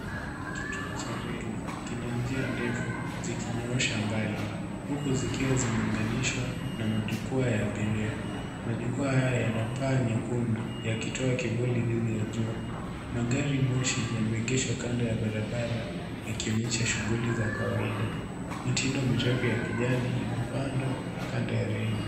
Kituo cha reli kina njia ndefu zikinyoosha mbali, huku zikiwa zimeunganishwa na majukwaa ya abiria. Majukwaa haya yana paa nyekundu, yakitoa kivuli dhidi ya jua. Magari moshi yameegeshwa kando ya barabara, yakionyesha shughuli za kawaida. Mitindo mirefu ya kijani imepanda kando ya reli.